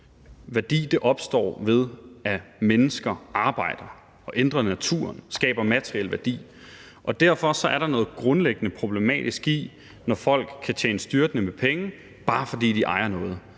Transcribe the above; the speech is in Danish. Værdi opstår, ved at mennesker arbejder og ændrer naturen, skaber materiel værdi, og derfor er der noget grundlæggende problematisk i, når folk kan tjene styrtende med penge, bare fordi de ejer noget.